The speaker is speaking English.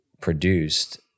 produced